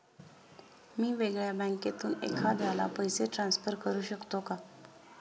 मी वेगळ्या बँकेतून एखाद्याला पैसे ट्रान्सफर करू शकतो का?